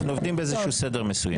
אנחנו עובדים באיזה שהוא סדר מסוים.